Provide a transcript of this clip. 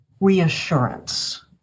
reassurance